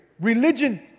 Religion